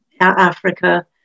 Africa